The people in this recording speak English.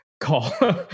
call